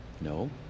No